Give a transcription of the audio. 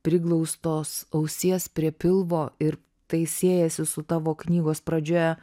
priglaustos ausies prie pilvo ir tai siejasi su tavo knygos pradžioje